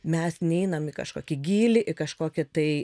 mes neinam į kažkokį gylį į kažkokį tai